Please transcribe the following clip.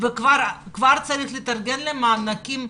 וכבר צריך להתארגן למענקים.